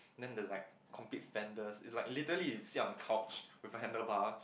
then there's like complete fenders it's like literally you sit on a couch with a handle bar